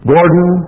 Gordon